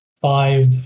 five